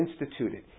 instituted